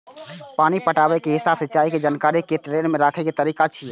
पानि पटाबै के हिसाब सिंचाइ के जानकारी कें ट्रैक मे राखै के तरीका छियै